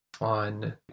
on